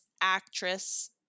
actress